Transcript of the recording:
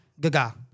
Gaga